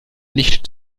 nicht